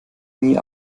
nie